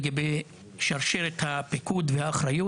לגבי שרשרת הפיקוד והאחריות.